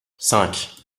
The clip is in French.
cinq